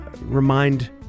remind